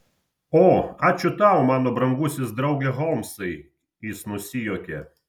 o ačiū tau mano brangusis drauge holmsai jis nusijuokė